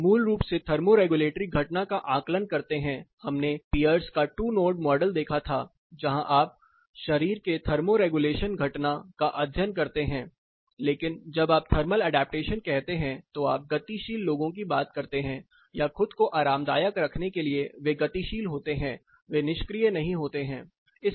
आप मूल रूप से थर्मोरेगुलेटरी घटना का आकलन करते हैं हमने पियर्स का 2 नोड मॉडल देखा था जहां आप शरीर के थर्मोरेग्यूलेशन घटना का अध्ययन करते हैं लेकिन जब आप थर्मल ऐडप्टेशन कहते हैं तो आप गतिशील लोगों की बात करते हैं या खुद को आरामदायक रखने के लिए वे गतिशील होते हैं वे निष्क्रिय नहीं हैं